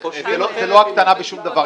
--- זה לא הקטנה בשום דבר,